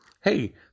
hey